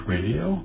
Radio